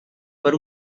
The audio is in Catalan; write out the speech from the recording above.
per